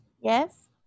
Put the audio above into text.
Yes